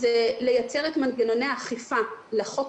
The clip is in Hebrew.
להעלות את איסור המכירה לגיל